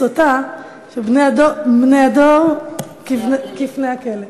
ש"פני הדור, כפני הכלב.